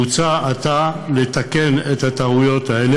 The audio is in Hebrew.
מוצע עתה לתקן את הטעויות האלה,